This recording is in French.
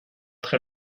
très